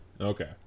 Okay